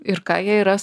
ir ką jei ras